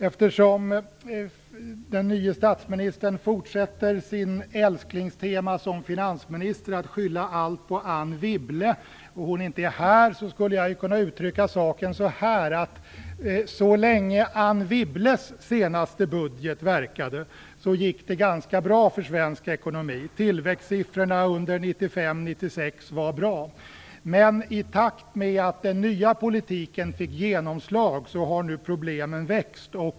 Eftersom den nye statsministern fortsätter med det älsklingstema som han hade som finansminister, nämligen att skylla allt på Anne Wibble som inte är här, skulle jag kunna uttrycka saken så här: Så länge som Anne Wibbles senaste budget verkade gick det ganska bra för svensk ekonomi. Tillväxtsiffrorna under 1995 och 1996 var bra. Men i takt med att den nya politiken fick genomslag har nu problemen växt.